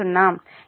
ఇది వాస్తవానికి 0